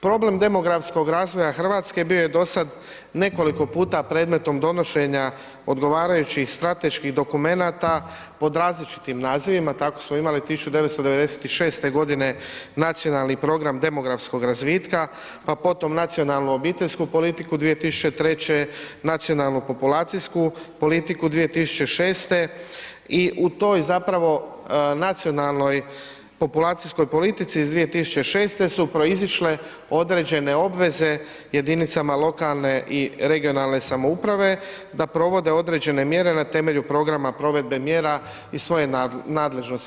Problem demografskog razvoja RH bio je dosad nekoliko puta predmetom donošenja odgovarajućih strateških dokumenata pod različitim nazivima, tako smo imali 1996.g. Nacionalni program demografskog razvitka, pa potom Nacionalnu obiteljsku politiku 2003., Nacionalnu populacijsku politiku 2006. i u toj zapravo Nacionalnoj populacijskoj politici iz 2006. su proizišle određene obveze jedinicama lokalne i regionalne samouprave da provode određene mjere na temelju programa provedbe mjera iz svoje nadležnosti.